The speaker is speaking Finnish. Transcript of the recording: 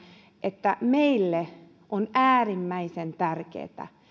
että meille on äärimmäisen tärkeätä